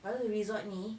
lepas tu resort ini